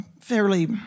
fairly